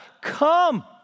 come